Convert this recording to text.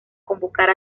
convocar